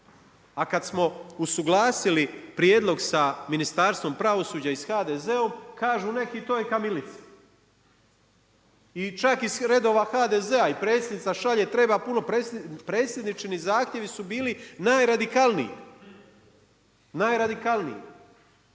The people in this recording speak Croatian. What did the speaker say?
A kada smo usuglasili prijedlog sa Ministarstvom pravosuđa i s HDZ-om, kažu neki to je kamilica. I čak iz redova HDZ-a i predsjednica šalje treba puno predsjedničini zahtjevi su bili najradikalniji. E sada jeli